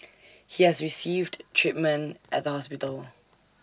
he has received treatment at the hospital